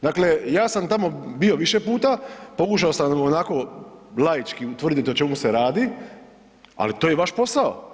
Dakle, ja sam tamo bio više puta, pokušao sam onako laički utvrdit o čemu se radi, ali to je vaš posao.